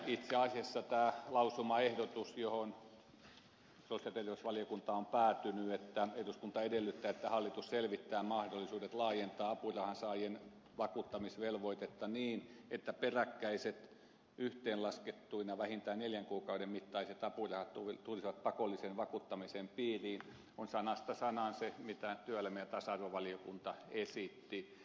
itse asiassa lausumaehdotus johon sosiaali ja terveysvaliokunta on päätynyt että eduskunta edellyttää että hallitus selvittää mahdollisuudet laajentaa apurahansaajien vakuuttamisvelvoitetta niin että peräkkäiset yhteen laskettuina vähintään neljän kuukauden mittaiset apurahat tulisivat pakollisen vakuuttamisen piiriin on sanasta sanaan se mitä työelämä ja tasa arvovaliokunta esitti